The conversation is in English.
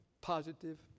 positive